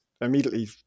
immediately